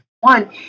one